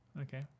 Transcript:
Okay